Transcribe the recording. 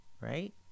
right